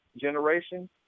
generation